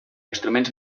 instruments